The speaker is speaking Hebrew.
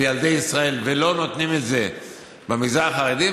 לילדי ישראל מהתקציב שלה ולא נותנים את זה במגזר החרדי.